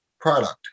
product